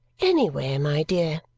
anywhere, my dear,